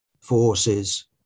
forces